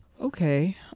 okay